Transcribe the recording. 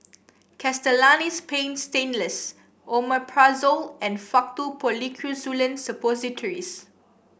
Castellani's Paint Stainless Omeprazole and Faktu Policresulen Suppositories